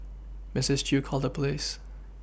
Misses Chew called the police